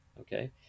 okay